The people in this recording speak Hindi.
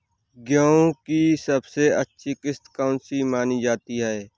गेहूँ की सबसे अच्छी किश्त कौन सी मानी जाती है?